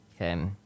Okay